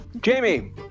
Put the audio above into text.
Jamie